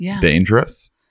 dangerous